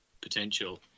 potential